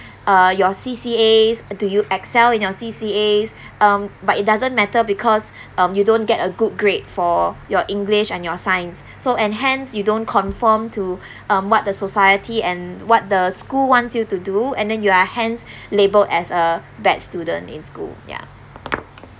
uh your C_C_A do you excel in your C_C_A um but it doesn't matter because um you don't get a good great for your english and your science so enhance you don't conform to um what the society and what the school wants you to do and then you are hence labelled as a bad student in school yeah